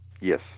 yes